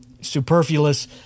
superfluous